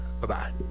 Bye-bye